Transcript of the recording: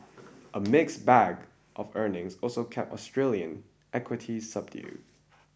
a mixed bag of earnings also kept Australian equities subdued